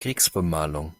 kriegsbemalung